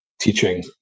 teaching